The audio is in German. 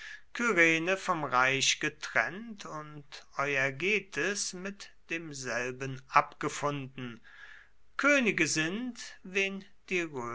kyrene vom reich getrennt und euergetes mit demselben abgefunden könige sind wen